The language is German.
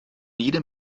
jedem